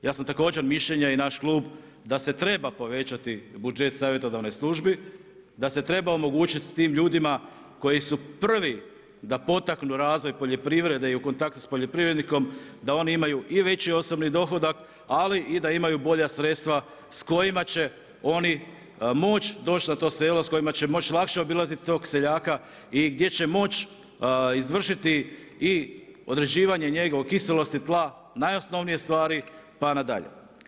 Ja sam također mišljenja i naš klub, da se treba povećati budžet savjetodavnoj službi, da se treba omogućiti tim ljudima koji su prvi da potaknu razvoj poljoprivrede i u kontaktu sa poljoprivrednikom da oni imaju i veći osobni dohodak ali i da imaju bolja sredstva s kojima će oni moći doći na to selo, s kojima će moći lakše obilaziti tog seljaka i gdje će moći izvršiti određivanje njegove kiselosti tla, najosnovnije stvari pa nadalje.